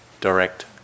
direct